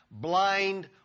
Blind